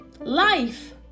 life